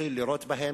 התחיל לירות בהם,